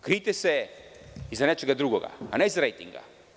Krijte se iza nečega drugoga, a ne iza rejtinga.